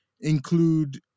include